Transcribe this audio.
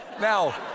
Now